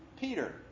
Peter